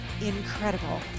incredible